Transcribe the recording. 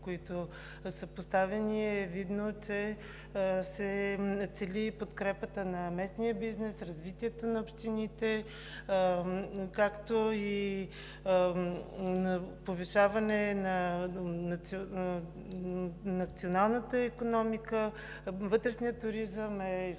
които са поставени, е видно, че се цели подкрепата на местния бизнес, развитието на общините, както и повишаване на националната икономика. Вътрешният туризъм е изключително